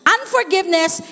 Unforgiveness